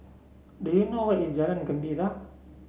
do you know where is Jalan Gembira